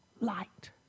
light